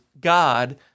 God